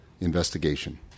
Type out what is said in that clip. investigation